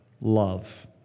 love